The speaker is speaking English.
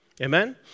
Amen